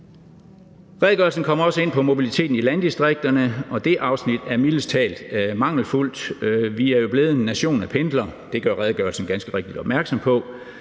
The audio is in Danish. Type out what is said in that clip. Redegørelsen kommer også ind på mobiliteten i landdistrikterne, og det afsnit er mildest talt mangelfuldt. Vi er jo blevet en nation af pendlere, det gør redegørelsen ganske rigtigt opmærksom på,